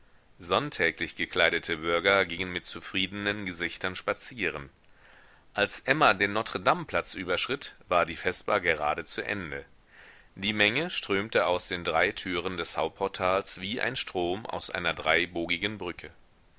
sonntäglich gekleidete bürger gingen mit zufriedenen gesichtern spazieren als emma den notre dame platz überschritt war die vesper gerade zu ende die menge strömte aus den drei türen des hauptportals wie ein strom aus einer dreibogigen brücke